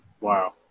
Wow